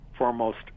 foremost